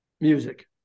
Music